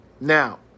Now